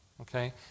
Okay